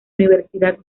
universidad